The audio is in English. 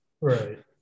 Right